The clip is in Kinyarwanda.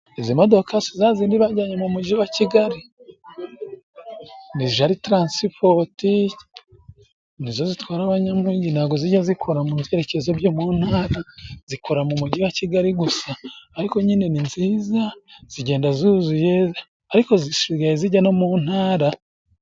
Izi modoka si zazindi bajyanye mu muji wa Kigali? Ni JALI taransipoti nizo zitwara abanyamujyi ntago zijya zikora mubyekezo byo mu ntara zikorera mu mujyi wa Kigali gusa. Ariko nyine ni nziza zigenda zuzuye ariko zisigaye zijya no mu ntara.